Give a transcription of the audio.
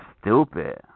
stupid